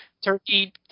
turkey